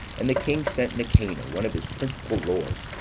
and the king sent nicanor, one of his principal lords,